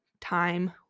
time